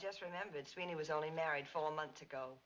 just remembered sweeney was only married for a month ago